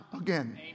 again